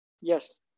Yes